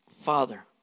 Father